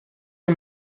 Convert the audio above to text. que